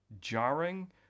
jarring